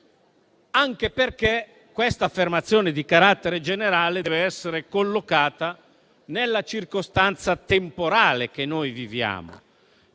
banale. Questa affermazione di carattere generale deve essere collocata inoltre nella circostanza temporale che noi viviamo